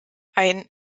ein